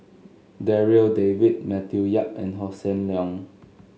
Darryl David Matthew Yap and Hossan Leong